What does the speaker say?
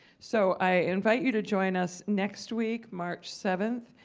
so i invite you to join us next week, march seventh.